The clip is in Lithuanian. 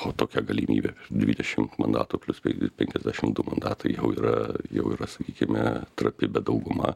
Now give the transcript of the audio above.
o tokia galimybė dvidešim mandatų plius penkiasdešim du mandatai jau yra jau yra sakykime trapi bet dauguma